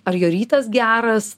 ar jo rytas geras